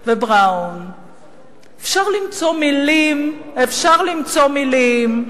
אפשר למצוא מלים, אפשר למצוא מלים,